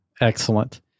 Excellent